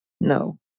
No